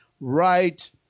right